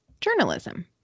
journalism